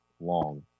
long